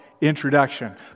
introduction